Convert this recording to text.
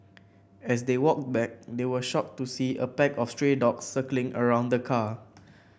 as they walked back they were shocked to see a pack of stray dogs circling around the car